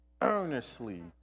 earnestly